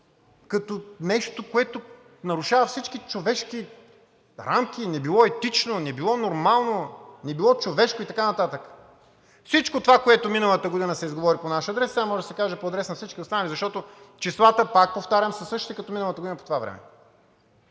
като нещо, което нарушава всички човешки рамки – не било етично, не било нормално, не било човешко и така нататък. Всичко това, което миналата година се изговори по наш адрес, сега може да се каже по адрес на всички останали, защото числата, пак повтарям, са същите като миналата година по това време.